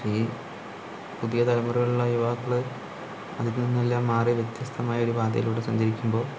പക്ഷേ ഈ പുതിയ തലമുറയിലുള്ള യുവാക്കള് അതിൽ നിന്നെല്ലാം മാറി വ്യത്യസ്തമായ ഒരു പാതയിലൂടെ സഞ്ചരിക്കുമ്പോൾ